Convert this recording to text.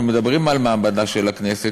אם אנחנו מדברים על מעמדה של הכנסת,